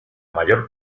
mayor